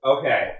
Okay